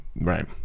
right